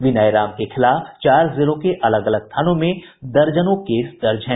विनय राम के खिलाफ चार जिलों के अलग अलग थानों में दर्जनों केस दर्ज हैं